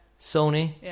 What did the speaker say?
Sony